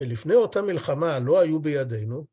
ולפני אותה מלחמה לא היו בידינו.